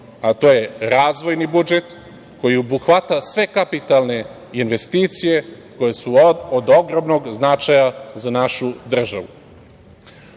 a to je razvojni budžet koji obuhvata sve kapitalne investicije koje su od ogromnom značaja za našu državu. Pored